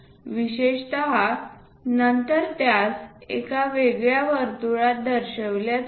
विशेषत नंतर त्यास एका वेगळ्या वर्तुळात दर्शविल्या जाते